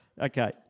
Okay